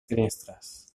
finestres